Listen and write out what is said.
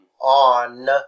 on